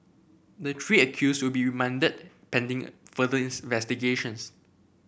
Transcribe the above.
the three accused will be remanded pending further